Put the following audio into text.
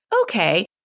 okay